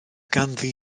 ganddi